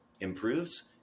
improves